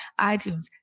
iTunes